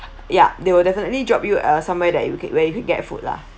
ya they will definitely drop you uh somewhere that you could where you can get food lah